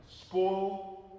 spoil